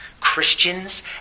Christians